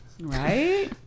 right